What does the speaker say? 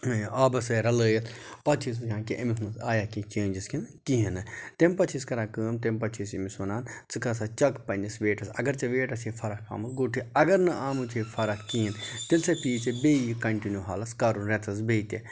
آبَس سۭتۍ رَلٲیِتھ پَتہٕ أۍ وچھان کہِ أمِس منٛز آیا کینٛہہ چینج کِنہٕ کِہیٖنۍ نہٕ تمہِ پَتہٕ چھِ أسۍ کَران کٲم تمہِ پَتہٕ چھِ أس أمِس وَنان ژٕ کر سہ چَک پنٛنِس ویٹَس اَگر ژےٚ ویٹَس چھےٚ فرق آمٕژ گوٚو ٹھیک اگر نہٕ آمُت چھی فرق کِہیٖنۍ تیٚلہ سہ پے یی ژےٚ بیٚیہِ یہِ کَنٹِنیوٗ حالَس کَرُن رٮ۪تَس بیٚیہِ تہِ